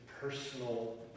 personal